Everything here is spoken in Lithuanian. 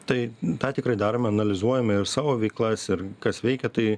tai tą tikrai darome analizuojame ir savo veiklas ir kas veikia tai